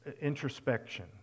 introspection